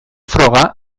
froga